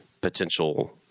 potential